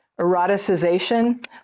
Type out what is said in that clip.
eroticization